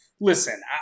listen